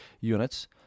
units